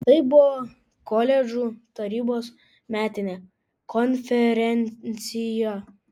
tai buvo koledžų tarybos metinė konferencija